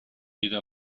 jeder